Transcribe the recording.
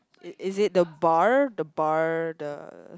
it is it the bar the bar the